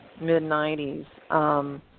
mid-'90s